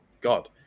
God